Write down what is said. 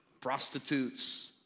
prostitutes